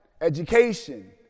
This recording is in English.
education